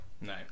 no